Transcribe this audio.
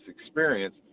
experience